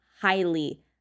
Highly